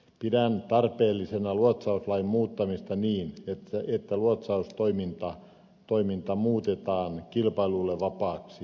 pidän tarpeellisena luotsauslain muuttamista niin että luotsaustoiminta muutetaan kilpailulle vapaaksi